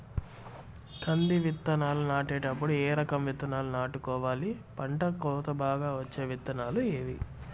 కంది విత్తనాలు నాటేటప్పుడు ఏ రకం విత్తనాలు నాటుకోవాలి, పంట కోత బాగా వచ్చే విత్తనాలు ఏవీ?